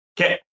Okay